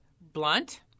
Blunt